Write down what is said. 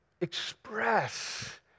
express